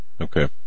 Okay